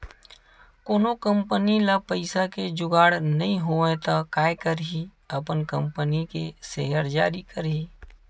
कोनो कंपनी ल पइसा के जुगाड़ नइ होवय त काय करही अपन कंपनी के सेयर जारी करही